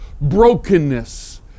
brokenness